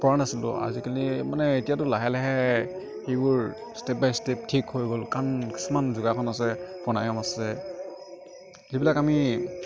পৰা নাছিলোঁ আজিকালি মানে এতিয়াটো লাহে লাহে সিবোৰ ষ্টেপ বাই ষ্টেপ ঠিক হৈ গ'ল কাৰণ কিছুমান যোগাসন আছে প্ৰণায়ম আছে যিবিলাক আমি